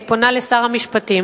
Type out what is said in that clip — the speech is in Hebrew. השפלה,